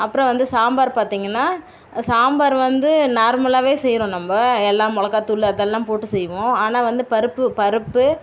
அப்புறம் வந்து சாம்பார் பார்த்தீங்கன்னா சாம்பார் வந்து நார்மலாவே செய்கிறோம் நம்ம எல்லாம் மிளகா தூள் அதெல்லாம் போட்டு செய்வோம் ஆனால் வந்து பருப்பு பருப்பு